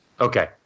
Okay